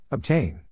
Obtain